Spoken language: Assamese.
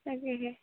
তাকে